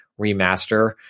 remaster